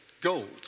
gold